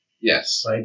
Yes